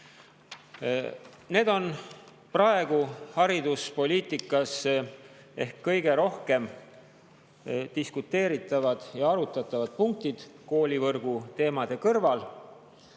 Need on praegu hariduspoliitikas ehk kõige rohkem diskuteeritavad ja arutatavad punktid koolivõrgu teema kõrval.